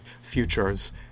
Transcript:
futures